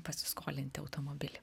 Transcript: pasiskolinti automobilį